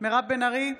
מירב בן ארי,